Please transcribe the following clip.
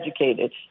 educated